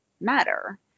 matter